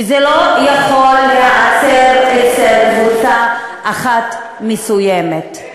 וזה לא יכול להיעצר אצל קבוצה אחת מסוימת.